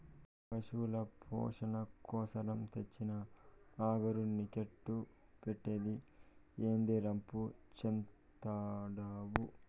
పశుల పోసణ కోసరం తెచ్చిన అగరు నీకెట్టా పెట్టేది, ఏందీ రంపు చేత్తండావు